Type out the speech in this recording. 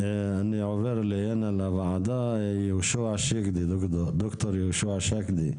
אני עובר הנה לוועדה, ד"ר יהושוע שקדי.